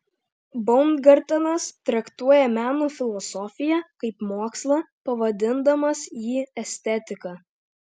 baumgartenas traktuoja meno filosofiją kaip mokslą pavadindamas jį estetika